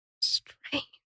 Strange